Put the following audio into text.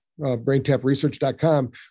braintapresearch.com